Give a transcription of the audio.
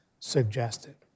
Suggested